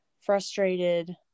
frustrated